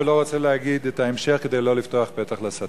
ולא רוצה להגיד את ההמשך כדי לא לפתוח פתח לשטן.